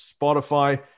Spotify